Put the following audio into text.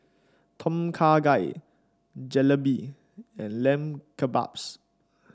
Tom Kha Gai Jalebi and Lamb Kebabs